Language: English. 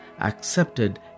accepted